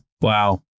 Wow